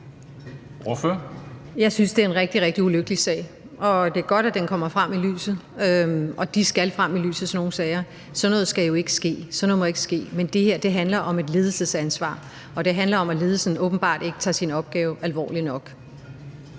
Jeg synes, det er en rigtig, rigtig ulykkelig sag, og det er godt, at den kommer frem i lyset. Sådan nogle sager skal frem i lyset. Sådan noget skal jo ikke ske, sådan noget må ikke ske, men det her handler om et ledelsesansvar, og det handler om, at ledelsen åbenbart ikke tager sin opgave alvorligt nok.